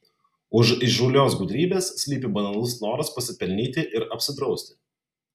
už įžūlios gudrybės slypi banalus noras pasipelnyti ir apsidrausti